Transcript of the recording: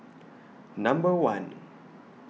Number one